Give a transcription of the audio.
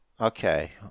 Okay